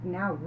now